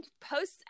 posts